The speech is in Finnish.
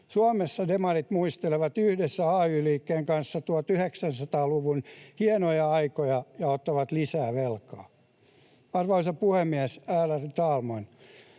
Suomessa demarit muistelevat yhdessä ay-liikkeen kanssa 1900-luvun hienoja aikoja ja ottavat lisää velkaa. Arvoisa puhemies, ärade talman!